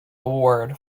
award